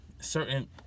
certain